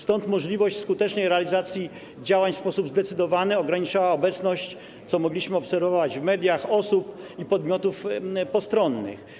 Stąd możliwość skutecznej realizacji działań w sposób zdecydowany ograniczała obecność, co mogliśmy obserwować w mediach, osób i podmiotów postronnych.